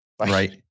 Right